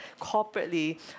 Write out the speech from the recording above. Corporately